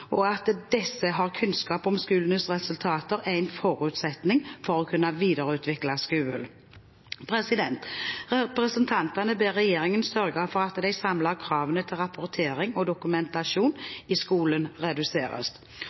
og at disse har kunnskap om skolenes resultater, er en forutsetning for å kunne videreutvikle skolen. Representantene ber regjeringen sørge for at de samlede kravene til rapportering og dokumentasjon i skolen reduseres.